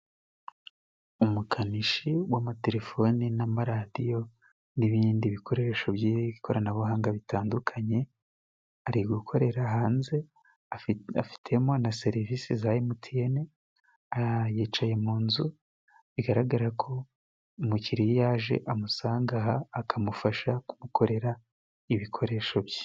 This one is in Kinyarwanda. Umukanishi w'amatelefoni n'amaradiyo n'ibindi bikoresho by'i koranabuhanga bitandukanye ari gukorera hanze, afitemo na serivisi za emutiyeni, yicaye mu nzu bigaragara ko umukiriya yaje, amusanga aha akamufasha kumukorera ibikoresho bye.